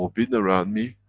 been around me,